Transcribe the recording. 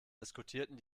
diskutierten